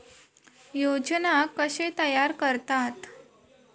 योजना कशे तयार करतात?